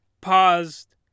paused